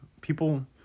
People